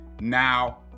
Now